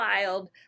wild